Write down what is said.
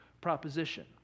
proposition